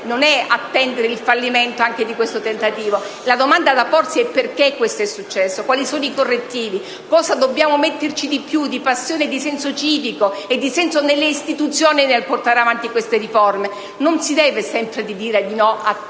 di attendere il fallimento anche di questo tentativo; la domanda da porsi è perché questo è successo, quali sono i correttivi, cosa dobbiamo metterci di più in termini di passione, senso civico e senso delle istituzioni nel portare avanti queste riforme. Non si deve sempre dire di no a tutto.